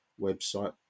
website